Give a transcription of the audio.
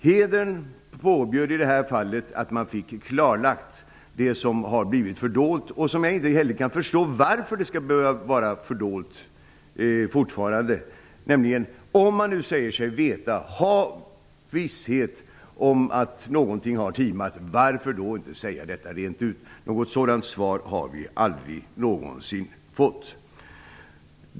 Hedern påbjöd i det här fallet att man fick klarlagt det som har blivit fördolt, och som jag inte heller kan förstå varför det fortfarande skall behöva vara fördolt. Om man säger sig ha visshet om att någonting har timat, varför inte säga rent ut vad det är? Något svar på den frågan har vi aldrig någonsin fått.